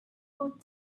put